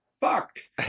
fucked